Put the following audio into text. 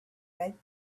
red